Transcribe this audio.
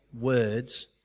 words